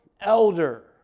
elder